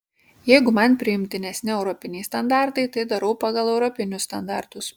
jeigu man priimtinesni europiniai standartai tai darau pagal europinius standartus